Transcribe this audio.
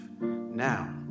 now